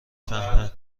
فهمه